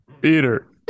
Peter